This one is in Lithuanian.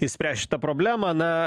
išspręst šitą problemą na